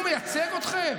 ממש לא, הוא מייצג אתכם?